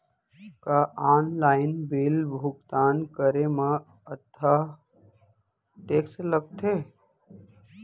का online bill भुगतान करे मा अक्तहा टेक्स लगथे?